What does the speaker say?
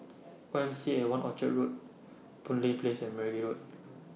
Y M C At one Orchard Road Boon Lay Place and Meragi Road